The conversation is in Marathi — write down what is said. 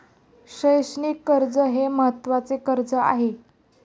शैक्षणिक कर्ज हे महत्त्वाचे कर्ज आहे